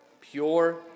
pure